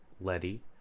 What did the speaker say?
Letty